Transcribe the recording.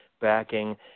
backing